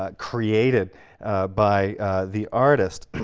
ah created by the artist.